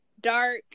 Dark